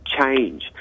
change